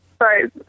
Sorry